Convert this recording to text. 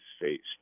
faced